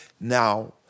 now